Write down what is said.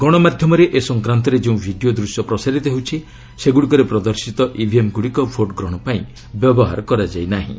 ଗଣମାଧ୍ୟମରେ ଏ ସଂକ୍ରାନ୍ତରେ ଯେଉଁ ଭିଡ଼ିଓ ଦୂଶ୍ୟ ପ୍ରସାରିତ ହେଉଛି ସେଗୁଡ଼ିକରେ ପ୍ରଦର୍ଶିତ ଇଭିଏମ୍ଗୁଡ଼ିକ ଭୋଟ୍ ଗ୍ରହଣ ପାଇଁ ବ୍ୟବହାର କରାଯାଇ ନାହିଁ